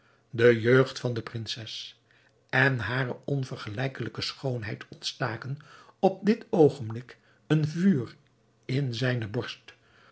de jeugd van de prinses en hare onvergelijkelijke schoonheid ontstaken op dit oogenblik een vuur in zijne borst